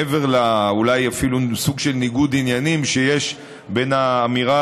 אפילו מעבר לסוג של ניגוד עניינים אולי שיש בין האמירה